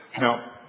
Now